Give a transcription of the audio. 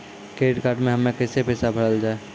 Credit card हम्मे कैसे पैसा भरल जाए?